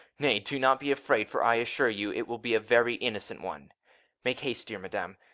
nay, do not be afraid, for i assure you, it will be a very innocent one make haste, dear madam,